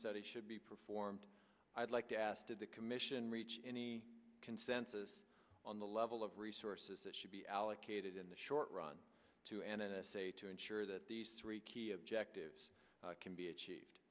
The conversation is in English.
study should be performed i'd like to ask did the commission reach any consensus on the level of resources that should be allocated in the short run to n s a to ensure that these three key objectives can be achieved